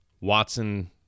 Watson